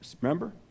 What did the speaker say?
remember